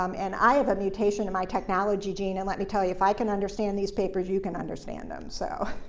um and i have a mutation in my technology gene, and let me tell you, if i can understand these papers, you can understand them, so.